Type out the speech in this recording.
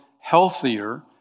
healthier